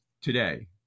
today